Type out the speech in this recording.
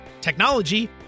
technology